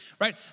right